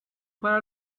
para